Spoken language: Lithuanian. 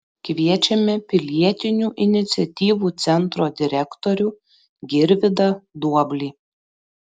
kviečiame pilietinių iniciatyvų centro direktorių girvydą duoblį